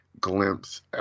glimpse